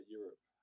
Europe